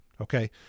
Okay